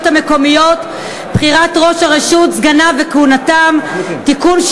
המקומיות (בחירת ראש הרשות וסגניו וכהונתם) (תיקון,